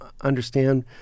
understand